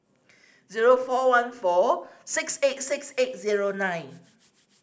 zero four one four six eight six eight zero nine